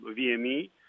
vme